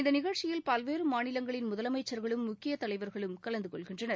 இந்த நிகழ்ச்சியில் பல்வேறு மாநிலங்களின் முதலமைச்சர்களும் முக்கியத் தலைவர்களும் கலந்து கொள்கின்றனர்